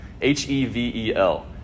H-E-V-E-L